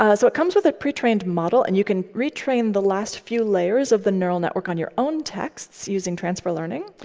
ah so it comes with a pre-trained model, and you can retrain the last few layers of the neural network on your own texts using transfer learning.